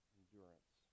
endurance